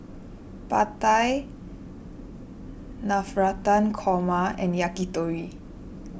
Pad Thai Navratan Korma and Yakitori